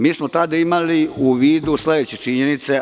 Mi smo tada imali u vidu sledeće činjenice.